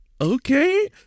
Okay